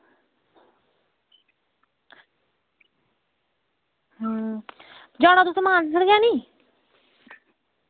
अं जाना तुसें मानसर गै नी